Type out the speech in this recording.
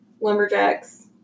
lumberjacks